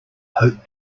hope